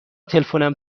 تلفنم